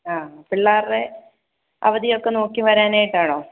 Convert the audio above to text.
ആ പിള്ളേരുടെ അവധി ഒക്കെ നോക്കി വരാൻ ആയിട്ടാണോ